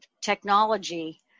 technology